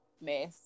mess